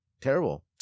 terrible